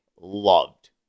loved